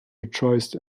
rejoiced